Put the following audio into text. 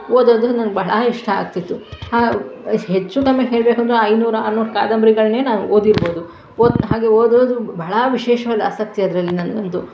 ಓದೋದು ನಂಗೆ ಬಹಳ ಇಷ್ಟ ಆಗ್ತಿತ್ತು ಹೆಚ್ಚು ಕಮ್ಮಿ ಹೇಳಬೇಕಂದ್ರು ಐದುನೂರು ಆರುನೂರು ಕಾದಂಬರಿಗಳನ್ನೇ ನಾನು ಓದಿರ್ಬೋದು ಓದು ಹಾಗೆ ಓದೋದು ಬಹಳ ವಿಶೇಷವಾದ ಆಸಕ್ತಿ ಅದರಲ್ಲಿ ನನಗಂತೂ